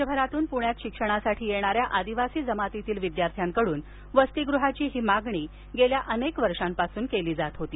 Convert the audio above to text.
राज्यभरातून पुण्यात शिक्षणासाठी येणाऱ्या आदिवासी जमातीतील विद्यार्थ्यांकडून वसतीगृहाची मागणी गेल्या अनेक वर्षांपासून केली जात होती